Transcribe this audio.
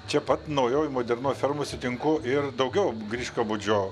čia pat naujoj modernoj fermoj sutinku ir daugiau griškabūdžio